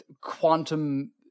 quantum